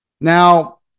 Now